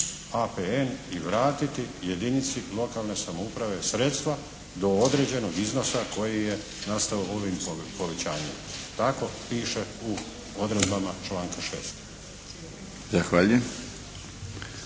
APN i vratiti jedinici lokalne samouprave sredstva do određenog iznosa koji je nastao ovim povećanjem. Tako piše u odredbama članka 6. **Milinović,